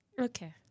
Okay